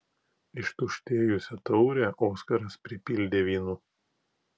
ištuštėjusią taurę oskaras pripildė vynu